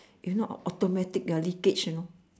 if not automatic leakage you know